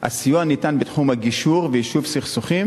הסיוע ניתן בתחום הגישור ויישוב סכסוכים